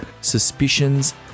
Suspicions